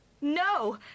No